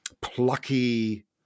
plucky